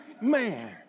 man